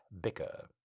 bicker